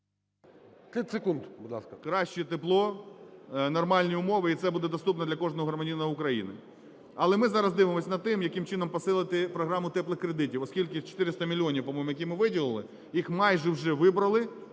краще тепло, нормальні умови, і це буде доступно для кожного громадянина України. Але ми зараз дивимося над тим, яким чином посилити програму "теплих кредитів", оскільки 400 мільйонів, по-моєму, які ми виділили, їх майже вже вибрали,